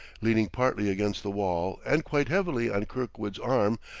leaning partly against the wall and quite heavily on kirkwood's arm,